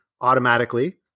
automatically